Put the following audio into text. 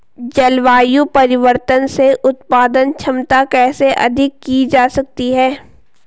जलवायु परिवर्तन से उत्पादन क्षमता कैसे अधिक की जा सकती है?